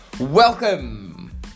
Welcome